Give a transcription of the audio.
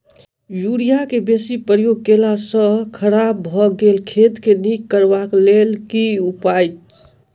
Urea केँ बेसी प्रयोग केला सऽ खराब भऽ गेल खेत केँ नीक करबाक लेल की उपाय?